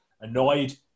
annoyed